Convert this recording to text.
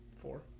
four